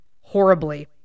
horribly